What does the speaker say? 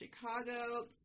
Chicago